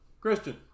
Christian